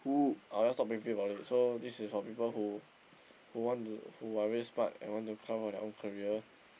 I'll just stop briefing about it so this is for people who who want to who are very smart and want to carve our their own career